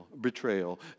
betrayal